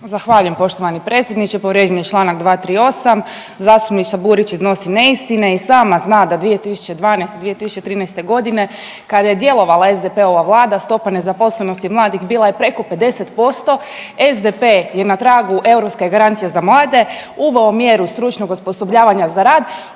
Zahvaljujem poštovani predsjedniče. Povrijeđen je čl. 238., zastupnica Burić iznosi neistine i sama zna da 2012. i 2013.g. kada je djelovala SDP-ova vlada stopa nezaposlenosti mladih bila je preko 50%, SDP je na tragu europske garancije za mlade uveo mjeru stručnog osposobljavanja za rad